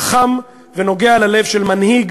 חכם ונוגע ללב של מנהיג